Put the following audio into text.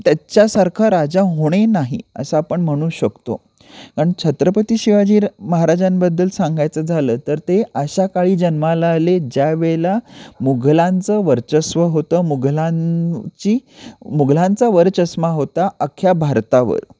त्यांच्यासारखा राजा होणे नाही असं आपण म्हणू शकतो कारण छत्रपती शिवाजी महाराजांबद्दल सांगायचं झालं तर ते अशा काळी जन्माला आले ज्या वेळेला मुघलांचं वर्चस्व होतं मुघलांची मुघलांचा वरचष्मा होता अख्ख्या भारतावर